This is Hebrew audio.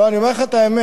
לא, אני אומר לך את האמת.